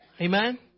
Amen